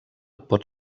pot